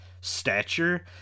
stature